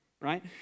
Right